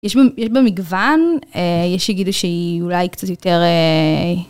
יש בה מגוון, יש שיגידו שהיא אולי קצת יותר.